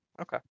Okay